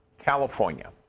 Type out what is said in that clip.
California